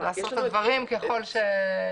לעשות את הדברים ככל שיאשרו.